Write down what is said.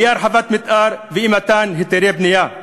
אי-הרחבת המתאר ואי-מתן היתרי בנייה,